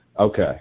Okay